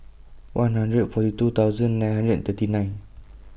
one hundred forty two thousand nine hundred and thirty nine